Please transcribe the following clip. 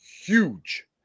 huge